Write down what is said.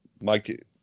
Mike